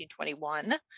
1921